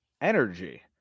energy